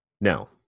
No